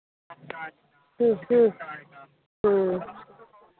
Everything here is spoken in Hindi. ठीक ठीक हाँ